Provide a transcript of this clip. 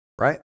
right